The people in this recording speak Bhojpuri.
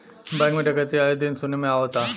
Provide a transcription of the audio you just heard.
बैंक में डकैती आये दिन सुने में आवता